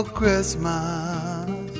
Christmas